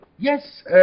Yes